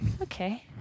Okay